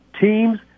teams